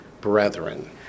brethren